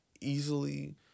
easily